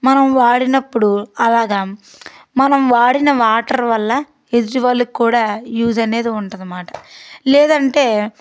మనం వాడినప్పుడు అలాగా మనం వాడిన వాటర్ వల్ల ఎదుటి వాళ్ళకి కూడా యూస్ అనేది ఉంటుంది అన్నమాట లేదంటే